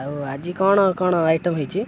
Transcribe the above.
ଆଉ ଆଜି କ'ଣ କ'ଣ ଆଇଟମ୍ ହେଇଛି